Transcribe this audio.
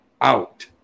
out